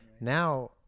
now